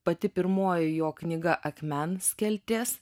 pati pirmoji jo knyga akmenskeltės